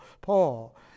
Paul